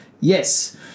Yes